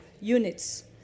units